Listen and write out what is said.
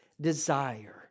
desire